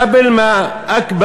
קבּל מא אכּבּר,